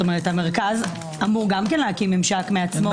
המרכז גם אמור להקים ממשק מעצמו.